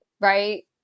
right